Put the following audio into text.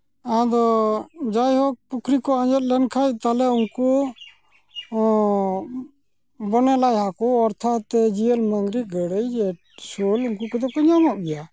ᱟᱫᱚ ᱡᱟᱭᱦᱳᱠ ᱯᱩᱠᱷᱨᱤ ᱠᱚ ᱟᱸᱡᱮᱫ ᱞᱮᱱᱠᱷᱟᱡ ᱛᱟᱞᱚᱦᱮ ᱩᱱᱠᱩ ᱵᱚᱱᱚᱞᱟᱭ ᱦᱟᱹᱠᱩ ᱚᱨᱛᱷᱟᱛ ᱡᱤᱭᱟᱹᱞ ᱢᱟᱝᱜᱽᱨᱤ ᱜᱟᱹᱬᱟᱹᱭ ᱥᱳᱞ ᱩᱱᱠᱩ ᱠᱚᱫᱚ ᱠᱚ ᱧᱟᱢᱚᱜ ᱜᱮᱭᱟ